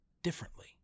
differently